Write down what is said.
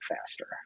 faster